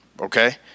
Okay